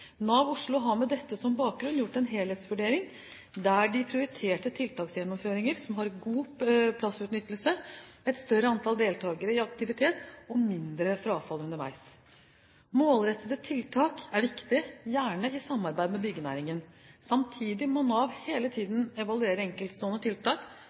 Nav Oslo har med dette som bakgrunn gjort en helhetsvurdering der de prioriterte tiltaksgjennomføringer som har god plassutnyttelse, et større antall deltakere i aktivitet og mindre frafall underveis. Målrettede tiltak er viktig, gjerne i samarbeid med byggenæringen. Samtidig må Nav hele tiden evaluere enkeltstående tiltak